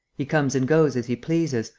he comes and goes as he pleases,